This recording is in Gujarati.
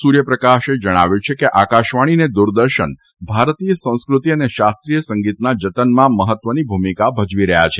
સૂર્યપ્રકાશે જણાવ્યું છે કે આકાશવાણી અને દ્વરદર્શન ભારતીય સંસ્કૃતિ અને શાકીય સંગીતના જતનમાં મહત્વની ભૂમિકા ભજવી રહ્યા છે